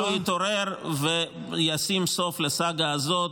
אני מקווה שבכל זאת מישהו יתעורר וישים סוף לסאגה הזאת.